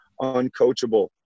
uncoachable